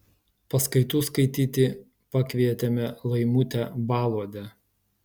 paskaitų skaityti pakvietėme laimutę baluodę